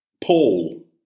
Paul